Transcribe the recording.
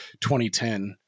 2010